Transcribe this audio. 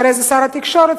אחרי זה שר התקשורת,